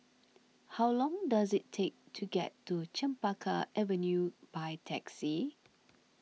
how long does it take to get to Chempaka Avenue by taxi